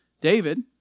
David